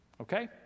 Okay